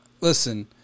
listen